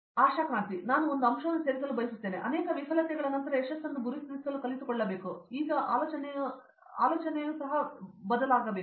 ಆಶಾ ಕ್ರಾಂತಿ ನಾನು ಒಂದು ಅಂಶವನ್ನು ಸೇರಿಸಲು ಬಯಸುತ್ತೇನೆ ಇದು ಅನೇಕ ವಿಫಲತೆಗಳ ನಂತರ ಯಶಸ್ಸನ್ನು ಗುರುತಿಸಲು ಕಲಿತುಕೊಳ್ಳಬೇಕು ಇದು ಆಲೋಚನೆಯ ಬದಲು ಸಹ ವಿಫಲವಾಗಿದೆ